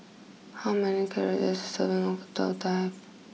how many calories a serving of have